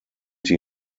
die